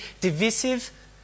divisive